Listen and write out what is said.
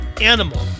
animal